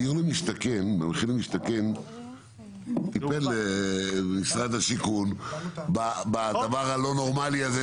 הדיור במחיר למשתכן טיפל משרד השיכון בדבר הלא נורמלי.